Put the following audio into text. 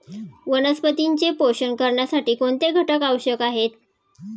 वनस्पतींचे पोषण करण्यासाठी कोणते घटक आवश्यक आहेत?